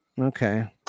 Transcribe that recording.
Okay